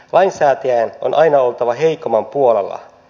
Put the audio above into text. lainsäätäjien on aina oltava heikomman puolella